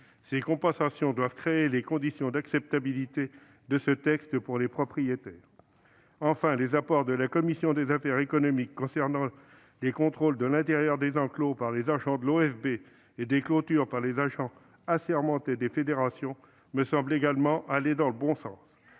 Ces compensations doivent créer les conditions d'acceptabilité de ce texte pour les propriétaires. Enfin, les apports de la commission des affaires économiques concernant les contrôles de l'intérieur des enclos par les agents de l'OFB, l'Office français de la biodiversité, et des clôtures par les agents assermentés des fédérations me semblent également aller dans le bon sens.